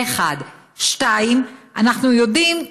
2. אנחנו יודעים,